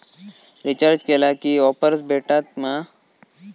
Recharge केला की offers भेटात मा?